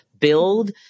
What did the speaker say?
Build